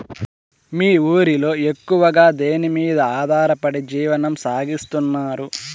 మీ ఊరిలో ఎక్కువగా దేనిమీద ఆధారపడి జీవనం సాగిస్తున్నారు?